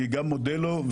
אני מודה לו,